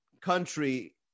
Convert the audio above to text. country